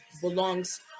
belongs